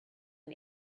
and